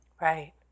Right